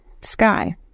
Sky